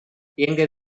எங்க